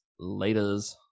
Laters